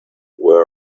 where